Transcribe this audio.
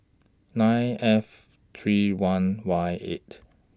nine F three one Y eight